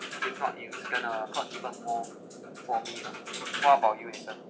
if not it's going to cost even more for me lah what about you eason